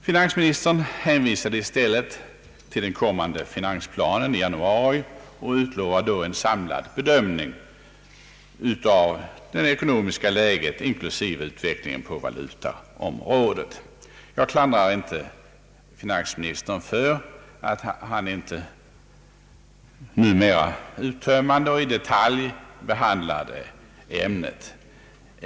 Finansministern hänvisar i stället till den kommande finansplanen i januari och utlovade då en samlad bedömning av det ekonomiska läget inklusive utvecklingen på valutaområdet. Jag klandrar inte finansministern för att han inte nu uttömmande och i detalj behandlar ämnet.